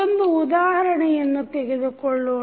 ಒಂದು ಉದಾಹರಣೆಯನ್ನು ತೆಗೆದುಕೊಳ್ಳೋಣ